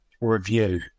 review